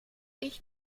ich